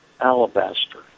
alabaster